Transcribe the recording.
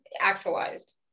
actualized